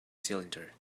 cylinder